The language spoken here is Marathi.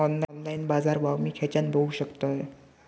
ऑनलाइन बाजारभाव मी खेच्यान बघू शकतय?